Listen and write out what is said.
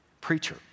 preacher